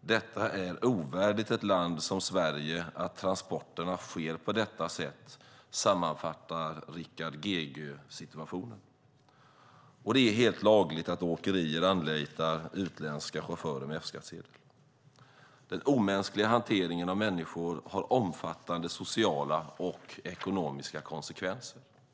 Det är ovärdigt ett land som Sverige att transporter sker på detta sätt, sammanfattar Rickard Gegö situationen. Det är helt lagligt att åkerier anlitar utländska chaufförer med F-skattsedel. Den omänskliga hanteringen av människor har omfattande sociala och ekonomiska konsekvenser.